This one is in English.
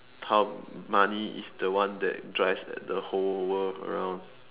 how money is the one that drives the whole world around